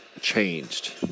changed